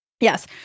Yes